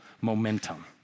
momentum